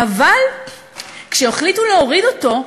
אבל כשהחליטו להוריד אותו,